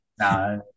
no